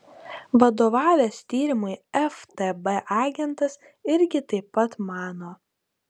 vadovavęs tyrimui ftb agentas irgi taip pat mano